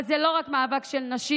אבל זה לא רק מאבק של נשים,